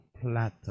Plata